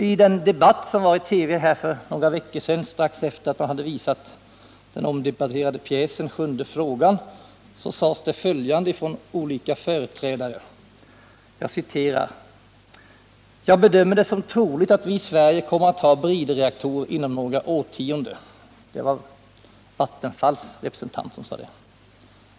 I den debatt som förekom i TV för några veckor sedan, strax efter det att man hade visat den omdebatterade pjäsen ”Sjunde frågan”, sade företrädare för olika organ och företag följande: ”Jag bedömer det som troligt att vi i Sverige kommer att ha bridreaktorer inom några årtionden”, sade Vattenfalls representant.